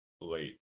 late